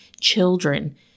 children